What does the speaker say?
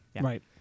Right